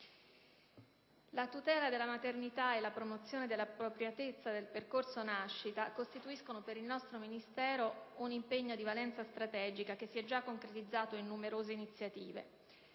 La tutela della maternità e la promozione dell'appropriatezza del percorso nascita costituiscono per il nostro Ministero un impegno di valenza strategica, che si è già concretizzato in numerose iniziative.